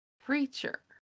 preacher